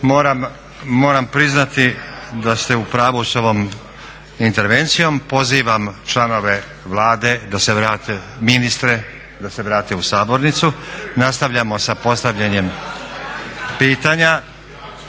Moram priznati da ste u pravu s ovom intervencijom. Pozivam članove Vlade da se vrate, ministre da se vrate u sabornicu. Nastavljamo sa postavljanjem pitanja